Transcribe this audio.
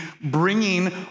bringing